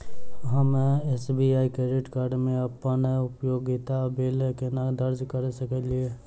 हम SBI credit card मे अप्पन उपयोगिता बिल केना दर्ज करऽ सकलिये?